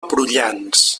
prullans